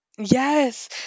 Yes